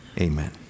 Amen